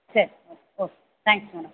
சேரி ஓக் okay thanks madam